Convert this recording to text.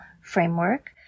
framework